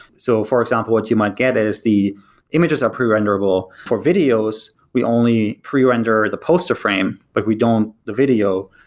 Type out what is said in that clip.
so, for example, what you might get is the images are pre-renderable. for videos, we only pre-render the poster frame, but we don't the video.